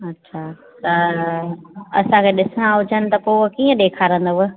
अच्छा त असांखे ॾिसणा हुजनि त पोइ कीअं ॾेखारींदव